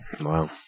Wow